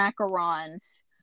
macarons